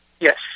Yes